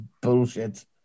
bullshit